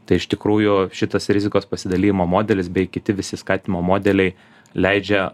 tai iš tikrųjų šitas rizikos pasidalijimo modelis bei kiti visi skatinimo modeliai leidžia